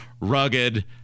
rugged